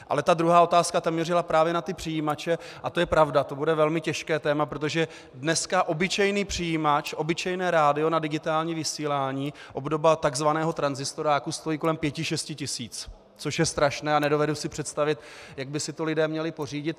Ale ta druhá otázka, ta mířila právě na ty přijímače, a to je pravda, to bude velmi těžké téma, protože dneska obyčejný přijímač, obyčejné rádio na digitální vysílání, obdoba tzv. tranzistoráku, stojí kolem pěti šesti tisíc, což je strašné, a nedovedu si představit, jak by si to lidé měli pořídit.